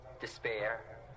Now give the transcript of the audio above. despair